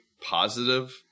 positive